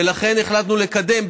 ולכן החלטנו לקדם,